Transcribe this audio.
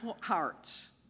hearts